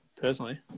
personally